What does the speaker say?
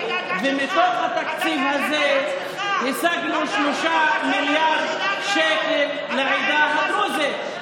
ומתוך התקציב הזה השגנו 3 מיליארד שקל לעדה הדרוזית.